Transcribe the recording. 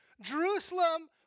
Jerusalem